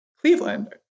Cleveland